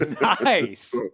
Nice